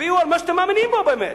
תצביעו על מה שאתם מאמינים בו באמת,